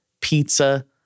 pizza